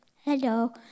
Hello